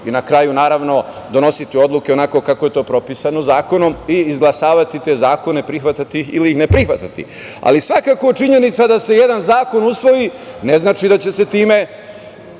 i na kraju naravno donositi odluke onako kako je to propisano zakonom i izglasavati te zakone, prihvatati ili ih ne prihvatati. Ali, svakako činjenica da se jedan zakon usvoji, ne znači da će se time